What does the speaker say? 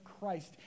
Christ